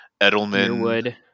Edelman